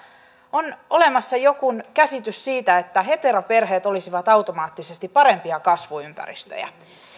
on olemassa joku käsitys siitä että heteroperheet olisivat automaattisesti parempia kasvuympäristöjä